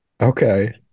Okay